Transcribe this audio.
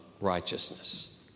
righteousness